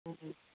ꯎꯝ ꯎꯝ